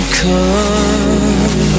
come